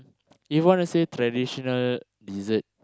do you want to say traditional dessert